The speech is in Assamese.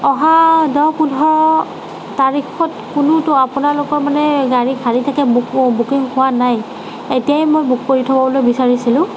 অহা দহ পোন্ধৰ তাৰিখত কোনোতো আপোনালোকৰ মানে গাড়ী খালী থাকে বুক বুকিং হোৱা নাই এতিয়াই মই বুক কৰি থ'বলৈ বিচাৰিছিলোঁ